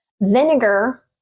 Vinegar